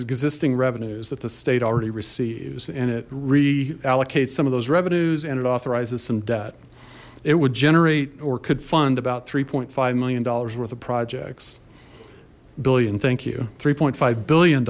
existing revenues that the state already receives and it reallocates some of those revenues and it authorizes some debt it would generate or could fund about three five million dollars worth of projects billion thank you three five billion